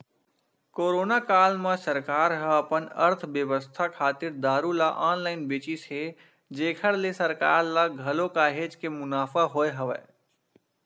corona काल म सरकार ह अपन अर्थबेवस्था खातिर दारू ल ऑनलाइन बेचिस हे जेखर ले सरकार ल घलो काहेच के मुनाफा होय हवय